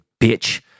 bitch